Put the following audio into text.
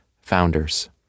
Founders